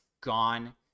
gone